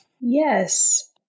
Yes